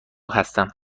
هستم